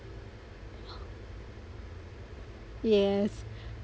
yes